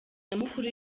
nyamukuru